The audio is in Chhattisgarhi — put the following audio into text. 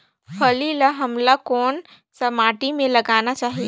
फल्ली ल हमला कौन सा माटी मे लगाना चाही?